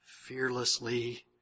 fearlessly